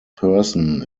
person